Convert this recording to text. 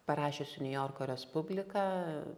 parašiusi niujorko respubliką